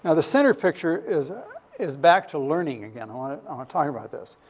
ah the center picture is is back to learning again. i want to talk about this.